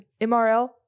MRL